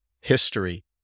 history